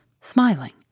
smiling